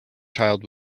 child